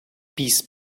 peace